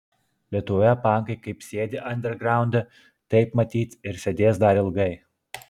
lietuvoje pankai kaip sėdi andergraunde taip matyt ir sėdės dar ilgai